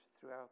throughout